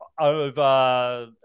over